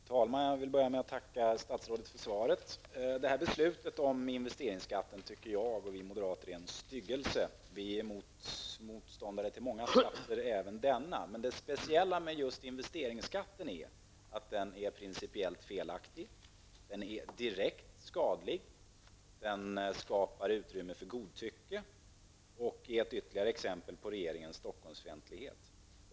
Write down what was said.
Fru talman! Jag vill börja med att tacka statsrådet för svaret. Beslutet om investeringsskatten tycker jag och vi moderater är en styggelse. Vi är motståndare till många sådana, så även denna. Det speciella med just investeringsskatten är att den principiellt är felaktig, den är direkt skadlig och den skapar utrymme för godtycke och är ytterligare ett exempel på regeringens Stockholmsfientlighet.